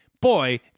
boy